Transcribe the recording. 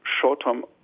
short-term